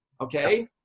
okay